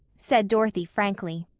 said dorothy frankly.